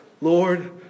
Lord